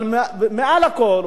אבל מעל הכול,